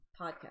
podcast